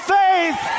faith